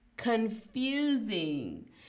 Confusing